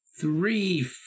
three